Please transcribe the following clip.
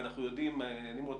ואנחנו יודעים נמרוד,